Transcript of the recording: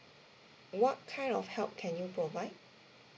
what kind of help can you provide